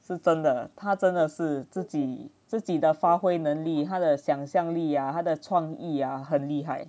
是真的他真的是自己自己的发挥能力他的想象力啊他的创意呀很厉害